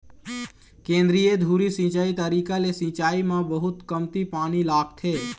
केंद्रीय धुरी सिंचई तरीका ले सिंचाई म बहुत कमती पानी लागथे